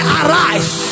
arise